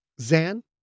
Zan